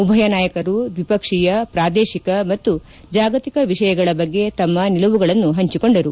ಉಭಯ ನಾಯಕರು ದ್ವಿಪಕ್ಷೀಯ ಪ್ರಾದೇಶಿಕ ಮತ್ತು ಜಾಗತಿಕ ವಿಷಯಗಳ ಬಗ್ಗೆ ತಮ್ನ ನಿಲುವುಗಳನ್ನು ಹಂಚಿಕೊಂಡರು